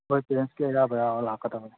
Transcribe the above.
ꯍꯣꯏ ꯄꯦꯔꯦꯟꯁꯀꯤ ꯑꯌꯥꯕ ꯌꯥꯎꯔ ꯂꯥꯛꯀꯗꯕꯅꯤ